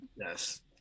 Yes